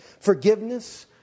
Forgiveness